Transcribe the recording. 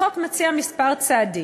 החוק מציע כמה צעדים,